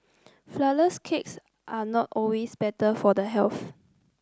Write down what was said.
flourless cakes are not always better for the health